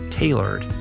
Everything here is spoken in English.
tailored